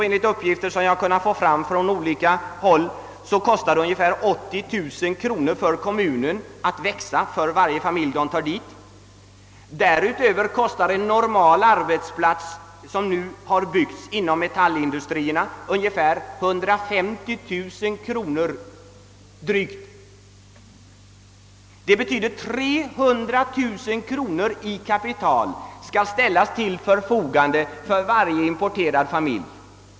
Enligt uppgifter jag fått från olika håll kostar den kommunala tillväxten för varje familj ca 80 000 kronor. Vidare kostar en normal arbetsplats, som nu byggs inom metallindustrierna, drygt 150 000 kronor. Detta betyder att 300 000 kronor i kapital skall ställas till förfogande för varje importerad familj.